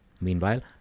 Meanwhile